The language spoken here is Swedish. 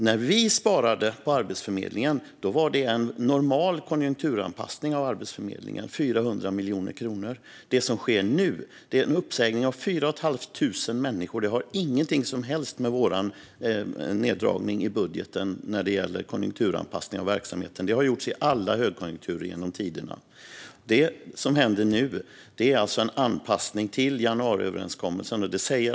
När vi sparade 400 miljoner kronor på Arbetsförmedlingen var det en normal konjunkturanpassning. Det som sker nu är en uppsägning av 4 500 människor. Det har inget som helst att göra med vår neddragning i budgeten, som var en konjunkturanpassning av verksamheten, något som har gjorts i alla högkonjunkturer genom tiderna. Det som händer nu är alltså en anpassning till januariöverenskommelsen.